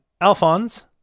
alphonse